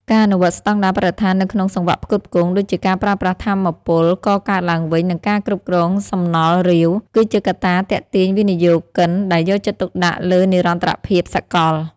ការអនុវត្តស្ដង់ដារបរិស្ថាននៅក្នុងសង្វាក់ផ្គត់ផ្គង់ ដូចជាការប្រើប្រាស់ថាមពលកកើតឡើងវិញ និងការគ្រប់គ្រងសំណល់រាវ គឺជាកត្តាទាក់ទាញវិនិយោគិនដែលយកចិត្តទុកដាក់លើនិរន្តរភាពសកល។